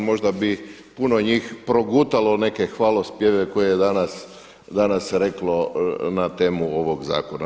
Možda bi puno njih progutalo neke hvalospjeve koje je danas reklo na temu ovog zakona.